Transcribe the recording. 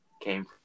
came